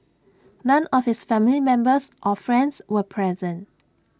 none of his family members or friends were present